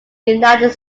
united